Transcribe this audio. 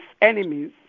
enemies